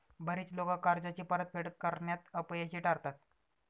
बरीच लोकं कर्जाची परतफेड करण्यात अपयशी ठरतात